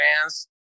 fans